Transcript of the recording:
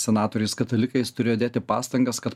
senatoriais katalikais turėjo dėti pastangas kad